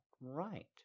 right